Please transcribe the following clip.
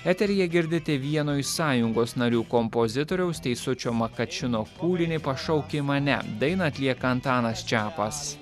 eteryje girdite vieno iš sąjungos narių kompozitoriaus teisučio makačino kūrinį pašauki mane dainą atlieka antanas čepas